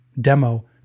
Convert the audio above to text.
demo